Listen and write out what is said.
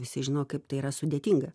visi žino kaip tai yra sudėtinga